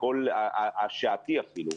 השעתי אפילו,